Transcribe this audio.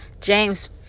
James